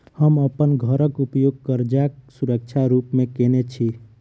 हम अप्पन घरक उपयोग करजाक सुरक्षा रूप मेँ केने छी